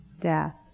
death